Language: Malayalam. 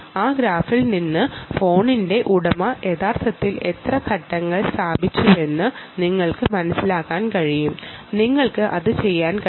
ആ ഗ്രാഫിൽ നിന്ന് ഫോണിന്റെ ഉടമ യഥാർത്ഥത്തിൽ എത്ര സ്റ്റെപ്പുകൾ നടന്നു എന്ന് നിങ്ങൾക്ക് മനസിലാക്കാൻ കഴിയും